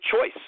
choice